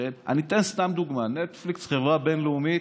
אני אתן סתם דוגמה: נטפליקס היא חברה בין-לאומית,